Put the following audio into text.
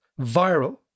Viral